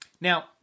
Now